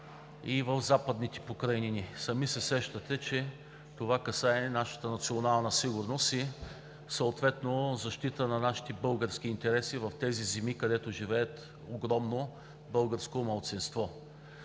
и в Западните покрайнини. Сами се сещате, че това касае нашата национална сигурност и съответно защита на нашите български интереси в тези земи, където живее огромно българско малцинство.